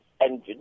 engine